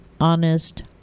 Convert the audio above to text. honest